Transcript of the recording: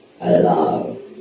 Hello